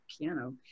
piano